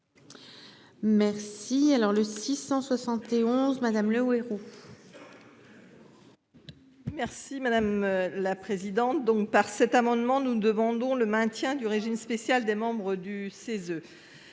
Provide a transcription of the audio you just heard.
Merci. Alors le 671. Madame Le Houerou. Merci madame la présidente donc par cet amendement. Nous ne demandons le maintien du régime spécial des membres du CESE.